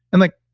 i'm like,